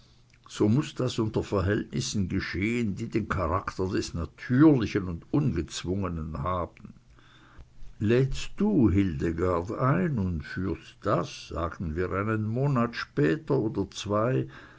so muß das unter verhältnissen geschehen die den charakter des natürlichen und ungezwungenen haben lädst du hildegard ein und führt das sagen wir einen monat später oder zwei